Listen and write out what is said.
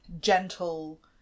gentle